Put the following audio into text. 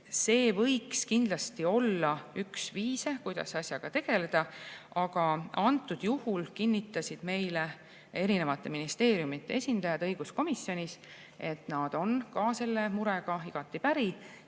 See võiks kindlasti olla üks viise, kuidas asjaga tegeleda, aga antud juhul kinnitasid meile erinevate ministeeriumide esindajad õiguskomisjonis, et nad on selle mure